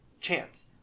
chance